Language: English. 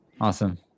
Awesome